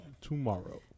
tomorrow